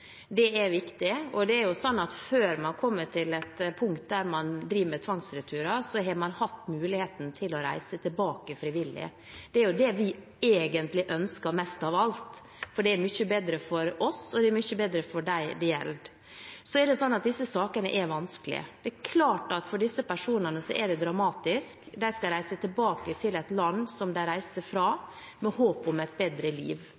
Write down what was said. Det er viktig, og det er sånn at før man kommer til et punkt der man driver med tvangsreturer, har man hatt muligheten til å reise tilbake frivillig. Det er det vi egentlig ønsker mest av alt, for det er mye bedre for oss, og det er mye bedre for dem det gjelder. Disse sakene er vanskelige. Det er klart at for disse personene er det dramatisk. De skal reise tilbake til et land som de reiste fra med håp om et bedre liv.